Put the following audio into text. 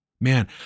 Man